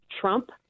Trump